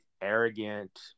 arrogant